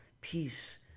Peace